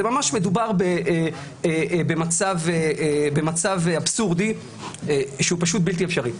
זה ממש מדובר במצב אבסורדי שהוא פשוט בלתי אפשרי.